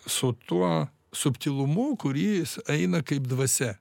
su tuo subtilumu kuris eina kaip dvasia